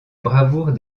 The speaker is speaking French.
bravoure